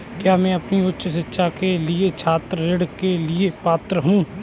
क्या मैं अपनी उच्च शिक्षा के लिए छात्र ऋण के लिए पात्र हूँ?